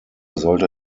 sollte